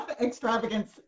Extravagance